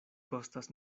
kostas